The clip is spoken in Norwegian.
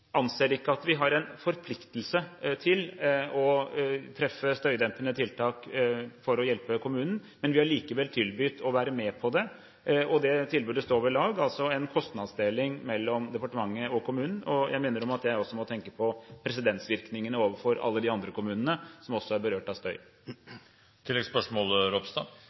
har en forpliktelse til å treffe støydempende tiltak for å hjelpe kommunen. Vi har likevel tilbudt å være med på det. Det tilbudet – altså om en kostnadsdeling mellom departementet og kommunen – står ved lag. Jeg minner om at jeg også må tenke på presedensvirkningene overfor alle de andre kommunene som er berørt av støy.